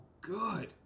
good